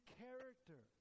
character